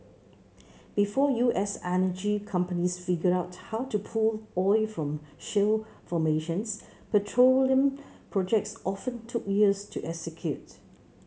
before U S energy companies figured out how to pull oil from shale formations petroleum projects often took years to execute